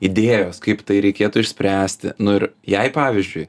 idėjos kaip tai reikėtų išspręsti nu jai pavyzdžiui